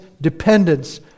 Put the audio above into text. dependence